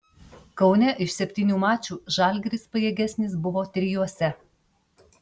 kaune iš septynių mačų žalgiris pajėgesnis buvo trijuose